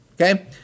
Okay